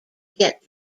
get